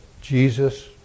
Jesus